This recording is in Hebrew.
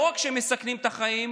לא רק שהם מסכנים את החיים,